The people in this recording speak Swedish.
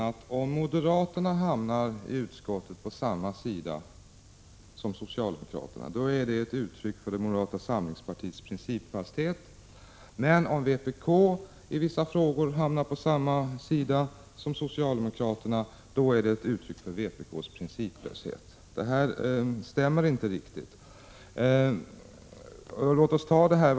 Herr talman! Anders Björcks logik är sådan att han anser att om moderaterna i utskottet hamnar på samma sida som socialdemokraterna, då är detta ett uttryck för moderata samlingspartiets principfasthet, men om vpk i vissa frågor hamnar på samma sida som socialdemokraterna, då är det ett uttryck för vpk:s principlöshet. De här slutsatserna stämmer inte riktigt överens med varandra.